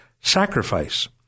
sacrifice